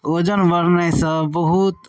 वजन बढनाइसँ बहुत